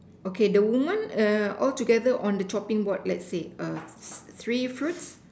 okay the woman err altogether on the chopping board let's say err three fruits